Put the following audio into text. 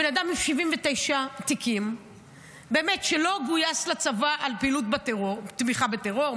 בן אדם עם 79 תיקים שלא גויס לצבא על תמיכה בטרור,